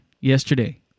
yesterday